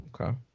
Okay